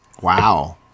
Wow